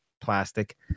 plastic